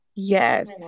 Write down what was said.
Yes